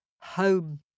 home